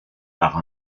par